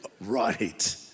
right